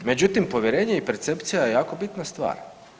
Međutim, povjerenje i percepcija je jako bitna stvar.